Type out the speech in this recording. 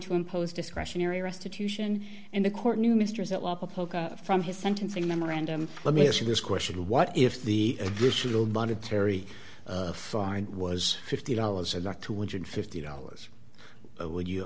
to impose discretionary restitution and the court knew mr from his sentencing memorandum let me ask you this question what if the additional monetary find was fifty dollars and the two hundred and fifty dollars would you